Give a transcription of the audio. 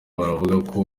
baravuga